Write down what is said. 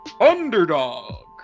Underdog